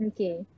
Okay